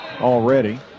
already